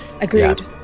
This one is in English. Agreed